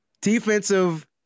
defensive